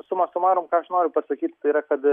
suma sumatrum ką aš noriu pasakyt tai yra kad